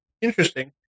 Interesting